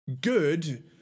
good